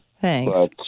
Thanks